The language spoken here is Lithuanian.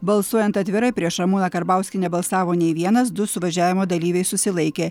balsuojant atvirai prieš ramūną karbauskį nebalsavo nei vienas du suvažiavimo dalyviai susilaikė